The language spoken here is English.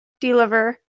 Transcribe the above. deliver